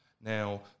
Now